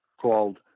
called